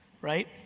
right